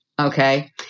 okay